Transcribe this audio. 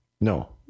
No